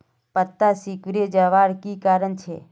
पत्ताला सिकुरे जवार की कारण छे?